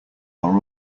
are